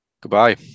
Goodbye